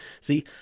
See